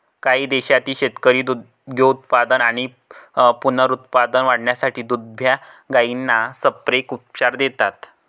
काही देशांतील शेतकरी दुग्धोत्पादन आणि पुनरुत्पादन वाढवण्यासाठी दुभत्या गायींना संप्रेरक उपचार देतात